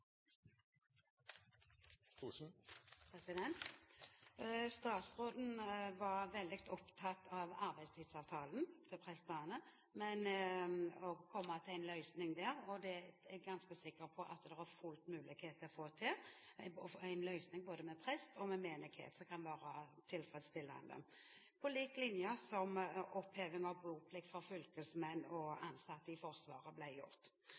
replikkordskifte. Statsråden var veldig opptatt av arbeidstidsavtalen til prestene og å komme til en løsning der. Det er jeg ganske sikker på er fullt mulig å få til, å få en løsning både med prest og med menighet som kan være tilfredsstillende – slik det ble gjort med oppheving av boplikt for fylkesmenn og ansatte i Forsvaret.